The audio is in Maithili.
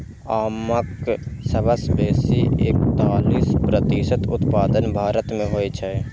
आमक सबसं बेसी एकतालीस प्रतिशत उत्पादन भारत मे होइ छै